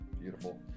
Beautiful